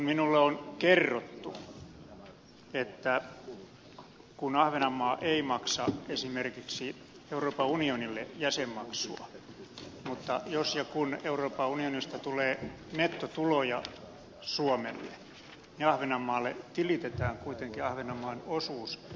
minulle on kerrottu että ahvenanmaa ei maksa esimerkiksi euroopan unionille jäsenmaksua mutta jos ja kun euroopan unionista tulee nettotuloja suomelle ahvenanmaalle tilitetään kuitenkin ahvenanmaan osuus